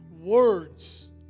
words